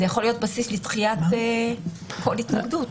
זה יכול להיות בסיס לדחיית כל התנגדות.